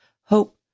hope